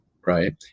Right